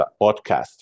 podcast